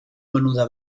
menuda